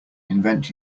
invent